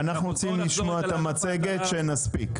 אנחנו רוצים לשמוע את המצגת כדי שנספיק.